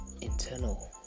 internal